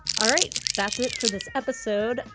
all right that's it for this episode.